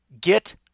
Get